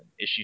issue